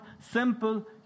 simple